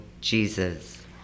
Jesus